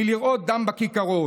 מלראות דם בכיכרות.